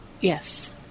Yes